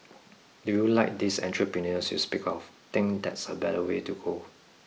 do you like these entrepreneurs you speak of think that's a better way to go